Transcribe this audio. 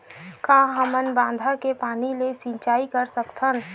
का हमन बांधा के पानी ले सिंचाई कर सकथन?